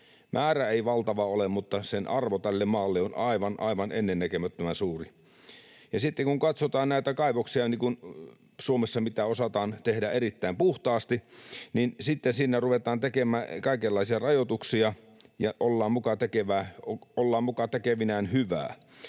Määrä ei valtava ole, mutta sen arvo tälle maalle on aivan, aivan ennen näkemättömän suuri. Ja sitten, kun katsotaan näitä kaivoksia Suomessa, joita osataan tehdä erittäin puhtaasti, niin sitten sinne ruvetaan tekemään kaikenlaisia rajoituksia ja ollaan muka tekevinään hyvää.